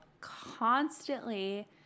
constantly